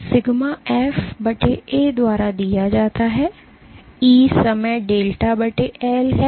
तो sigma F A द्वारा दिया जाता है ई समय डेल्टा एल है